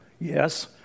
Yes